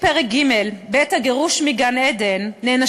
התשע"ו 2016, של חברות הכנסת רחל עזריה, נאוה